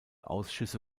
ausschüsse